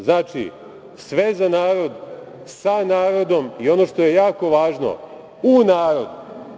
Znači, sve za narod, sa narodom i, ono što je jako važno, u narodu.